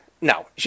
No